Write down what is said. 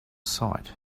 sight